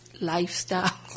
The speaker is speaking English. lifestyle